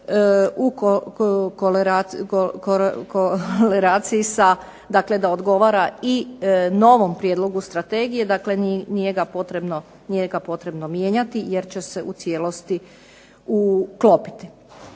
u korelaciji sa, dakle da odgovara i novom prijedlogu strategije, dakle nije ga potrebno mijenjati jer će se u cijelosti uklopiti.